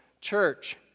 church